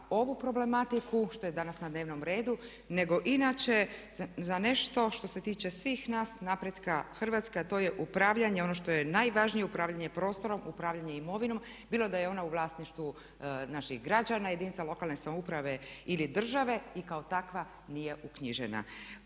ovu problematiku što je danas na dnevnom redu nego inače za nešto što se tiče svih nas, napretka Hrvatske a to je upravljanje, ono što je najvažnije prostorom, upravljanje imovinom, bilo da je ona u vlasništvu naših građana, jedinica lokalne samouprave ili države i kao takva nije uknjižena.